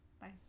Bye